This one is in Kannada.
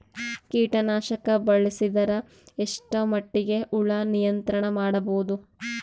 ಕೀಟನಾಶಕ ಬಳಸಿದರ ಎಷ್ಟ ಮಟ್ಟಿಗೆ ಹುಳ ನಿಯಂತ್ರಣ ಮಾಡಬಹುದು?